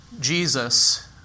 Jesus